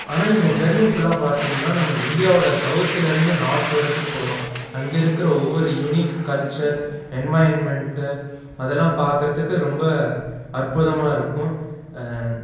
ஆனால் இந்த ஜெர்னி ஃபுல்லாக பார்த்திங்கன்னா நம்ம இந்தியாவோடய சவுத்தில் இருந்து நார்த் வரைக்கும் போகிறோம் அங்கே இருக்கிற ஒவ்வொரு யூனிக் கல்ச்சர் என்வயர்ன்மெண்ட்டு அதலாம் பார்க்கிறதுக்கு ரொம்ப அற்புதமாக இருக்கும்